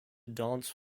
dance